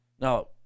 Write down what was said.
Now